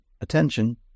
attention